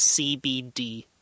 CBD